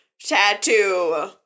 tattoo